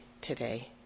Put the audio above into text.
today